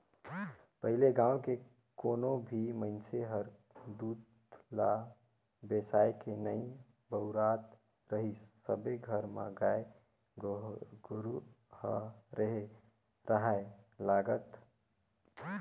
पहिले गाँव के कोनो भी मइनसे हर दूद ल बेसायके नइ बउरत रहीस सबे घर म गाय गोरु ह रेहे राहय लगत